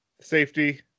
safety